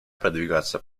продвигаться